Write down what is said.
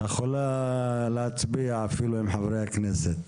את יכולה להצביע אפילו עם חברי הכנסת.